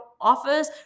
offers